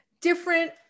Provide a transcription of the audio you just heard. different